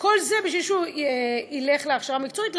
כל זה בשביל שילך להכשרה מקצועית.